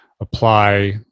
apply